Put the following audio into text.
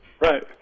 Right